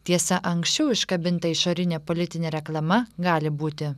tiesa anksčiau iškabinta išorinė politinė reklama gali būti